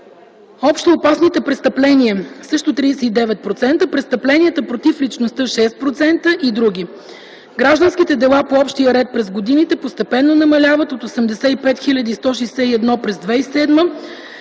общоопасните престъпления – също 39%, престъпленията против личността – 6% и др. Гражданските дела по общия ред през годините постепенно намаляват – от 85 хил. 161 през 2007